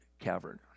cavern